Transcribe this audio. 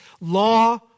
law